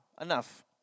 enough